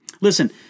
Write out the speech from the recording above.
Listen